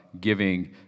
giving